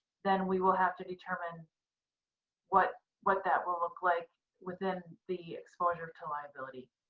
then we will have to determine what what that will look like within the exposure to liability.